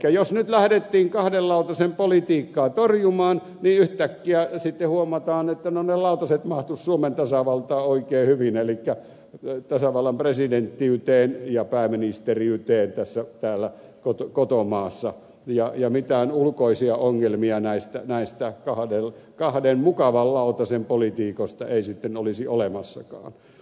eli jos nyt lähdettiin kahden lautasen politiikkaa torjumaan niin yhtäkkiä sitten huomataan että ne lautaset mahtuisivat suomen tasavaltaan oikein hyvin elikkä tasavallan presidenttiyteen ja pääministeriyteen tällä kotomaassa ja mitään ulkoisia ongelmia näistä kahden mukavan lautasen politiikasta ei sitten olisi olemassakaan